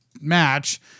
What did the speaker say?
match